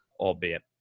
albeit